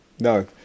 No